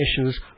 issues